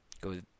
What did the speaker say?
Go